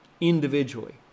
Individually